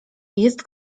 jest